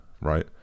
right